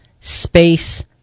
space